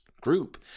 group